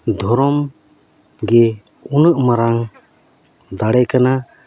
ᱫᱷᱚᱨᱚᱢ ᱜᱮ ᱩᱱᱟᱹᱜ ᱢᱟᱨᱟᱝ ᱫᱟᱲᱮ ᱠᱟᱱᱟ